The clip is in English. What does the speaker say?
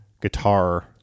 guitar